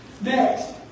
Next